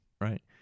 Right